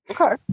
Okay